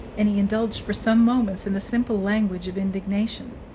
and he indulged for some moments in the simple language of indignation.